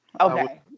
Okay